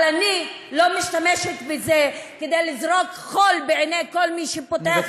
אבל אני לא משתמשת בזה כדי לזרות חול בעיני כל מי שפותח את הפה.